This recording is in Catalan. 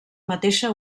mateixa